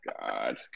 God